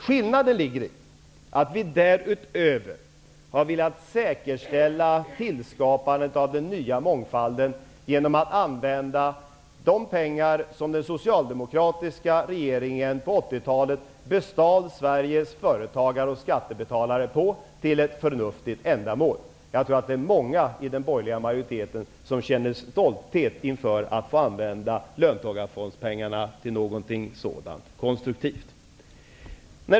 Skillnaden ligger i att vi därutöver har velat säkerställa tillskapandet av den nya mångfalden genom att använda de pengar som den socialdemokratiska regeringen på 80-talet bestal Sveriges företagare och skattebetalare på till ett förnuftigt ändamål. Jag tror att det är många i den borgerliga majoriteten som känner stolthet över att få använda löntagarfondspengarna till någonting så konstruktivt.